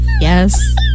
Yes